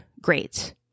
Great